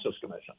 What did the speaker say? commission